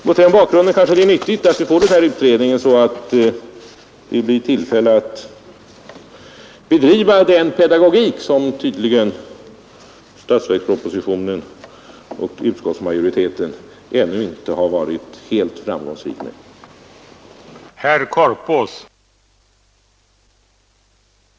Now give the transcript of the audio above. Mot denna bakgrund är det kanske nyttigt att en utredning kommer till stånd, så att vi får tillfälle att bedriva den pedagogiska verksamhet, som statsverkspropositionen och utskottsmajoritetens betänkande tydligen inte varit tillräckligt framgångsrika i.